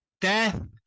death